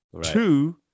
two